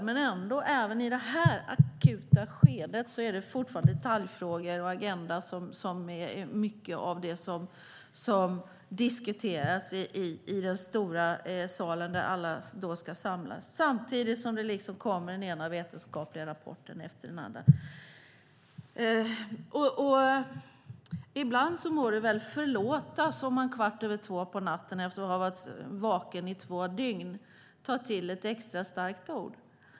Men även i det här akuta skedet är det ändå fortfarande detaljfrågor och agenda som diskuteras i den stora salen där alla samlas, samtidigt som den ena vetenskapliga rapporten efter den andra kommer. Ibland må det väl förlåtas om man kvart över två på natten, efter att ha varit vaken i två dygn, tar till ett extra starkt ord.